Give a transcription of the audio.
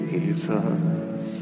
Jesus